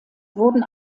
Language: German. wurden